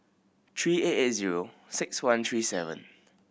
three eight eight zero six one three seven